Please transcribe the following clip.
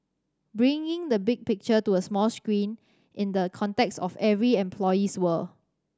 bringing the big picture to the 'small screen' in the context of every employee's world